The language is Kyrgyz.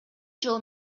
жол